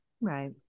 right